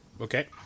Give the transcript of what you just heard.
Okay